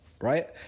right